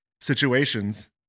situations